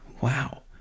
Wow